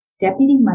Deputy